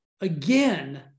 again